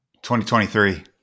2023